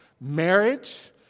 marriage